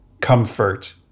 comfort